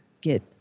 get